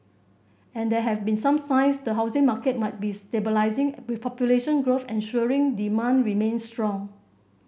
and there have been some signs the housing market might be stabilising with population growth ensuring demand remains strong